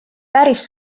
päris